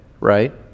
right